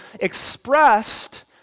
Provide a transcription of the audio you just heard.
expressed